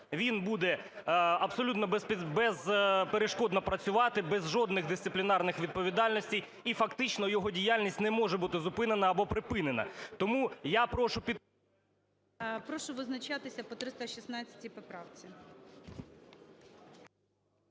він буде абсолютно безперешкодно працювати без жодних дисциплінарних відповідальностей, і фактично його діяльність не може бути зупинена або припинена. Тому я прошу… ГОЛОВУЮЧИЙ. Прошу визначатися по 316 поправці.